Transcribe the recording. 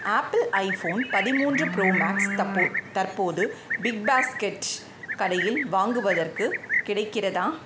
apple iPhone பதிமூன்று pro max தப்போ தற்போது பிக்பாஸ்கெட் கடையில் வாங்குவதற்கு கிடைக்கிறதா